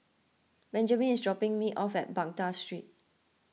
Benjman is dropping me off at Baghdad Street